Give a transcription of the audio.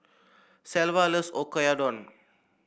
Shelva loves Oyakodon